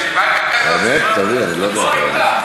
אני לוקח את גליק אתי,